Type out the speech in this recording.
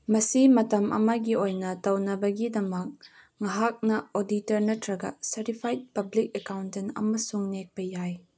ꯃꯁꯤ ꯃꯇꯝ ꯑꯃꯒꯤ ꯑꯣꯏꯅ ꯇꯧꯅꯕꯒꯤꯗꯃꯛ ꯅꯍꯥꯛꯅ ꯑꯣꯗꯤꯇꯔ ꯅꯠꯇ꯭ꯔꯒ ꯁꯥꯔꯇꯤꯐꯥꯏꯗ ꯄꯥꯕ꯭ꯂꯤꯛ ꯑꯦꯀꯥꯎꯟꯇꯦꯟ ꯑꯃꯁꯨ ꯅꯦꯛꯄ ꯌꯥꯏ